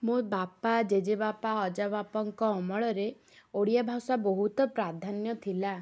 ମୋ ବାପା ଜେଜେବାପା ଅଜାବାପାଙ୍କ ଅମଳରେ ଓଡ଼ିଆ ଭାଷା ବହୁତ ପ୍ରାଧାନ୍ୟ ଥିଲା